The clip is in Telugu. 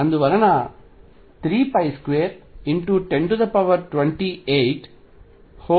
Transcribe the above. అందువలన 32102813 అవుతుంది